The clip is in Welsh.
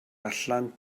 allan